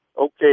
Okay